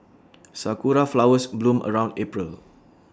Sakura Flowers bloom around April